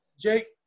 Jake